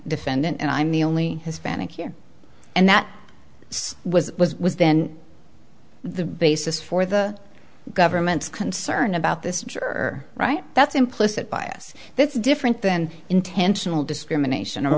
defendant and i'm the only hispanic here and that was was was then the basis for the government's concern about this and you're right that's implicit bias that's different then intentional discrimination or